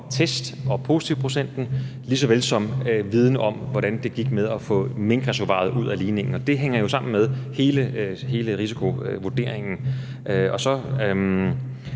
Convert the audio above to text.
test og positivprocenten, lige så vel som det er viden om, hvordan det gik med at få minkreservoiret ud af ligningen, og det hænger jo sammen med hele risikovurderingen. Hvis